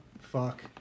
Fuck